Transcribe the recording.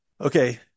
Okay